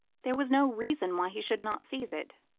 there was no reason why he should not seize it,